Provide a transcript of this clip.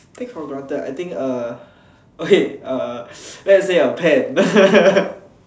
take for granted I think uh okay uh let's say a pen